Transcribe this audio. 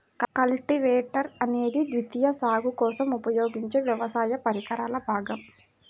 cultivator అనేది ద్వితీయ సాగు కోసం ఉపయోగించే వ్యవసాయ పరికరాల భాగం